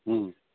हुँ